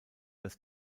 das